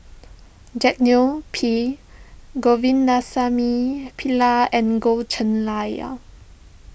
Jack Neo P Govindasamy Pillai and Goh Cheng Liar